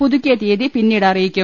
പുതുക്കിയ തിയ്യതി പിന്നീട് അറിയിക്കും